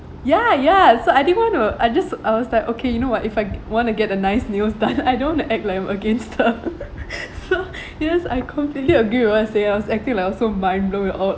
ya ya so I didn't want to I just I was like okay you know what if I want to get the nice nails done I don't act like I'm against her so yes I completely agree with what she say and acting like also mind blown